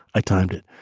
i timed it.